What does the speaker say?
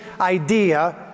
idea